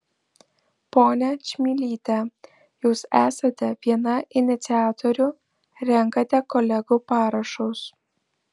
ponia čmilyte jūs esate viena iniciatorių renkate kolegų parašus